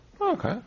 okay